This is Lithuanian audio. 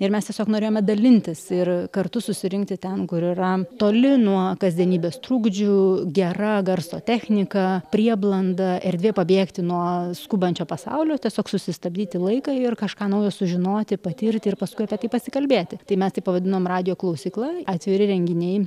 ir mes tiesiog norėjome dalintis ir kartu susirinkti ten kur yra toli nuo kasdienybės trukdžių gera garso technika prieblanda erdvė pabėgti nuo skubančio pasaulio tiesiog susistabdyti laiką ir kažką naujo sužinoti patirti ir paskui apie tai pasikalbėti tai mes tai pavadinom radijo klausykla atviri renginiai